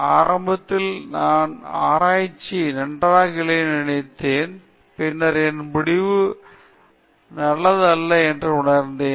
ஆரம்பத்தில் நான் என் ஆராய்ச்சி நன்றாக இல்லை என்று நினைத்தேன் பின்னர் என் முடிவு நல்லது அல்ல என்று உணர்தேன்